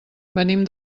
venim